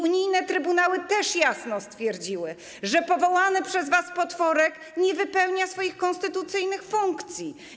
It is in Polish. Unijne trybunały też jasno stwierdziły, że powołany przez was potworek nie wypełnia swoich konstytucyjnych funkcji.